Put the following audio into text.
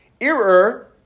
Error